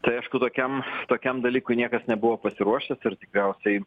tai aišku tokiam tokiam dalykui niekas nebuvo pasiruošęs ir tikriausiai